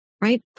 right